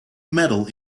medal